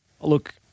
Look